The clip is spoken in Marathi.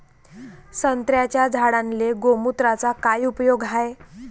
संत्र्याच्या झाडांले गोमूत्राचा काय उपयोग हाये?